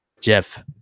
jeff